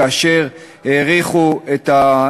כאשר האריכו את,